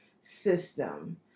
system